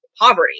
poverty